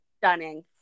stunning